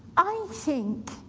i think,